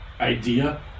idea